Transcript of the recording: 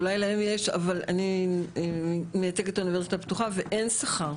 אולי להם יש אבל אני מייצגת את האוניברסיטה הפתוחה ואין שכר.